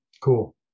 Cool